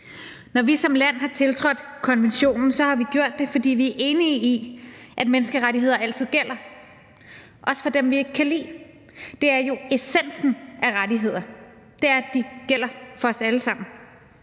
Når vi som land har tiltrådt konventionen, har vi gjort det, fordi vi er enige i, at menneskerettigheder altid gælder, også for dem, vi ikke kan lide. Det er jo essensen af rettigheder. Det er, at de gælder for os alle sammen.